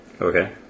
Okay